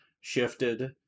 shifted